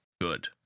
good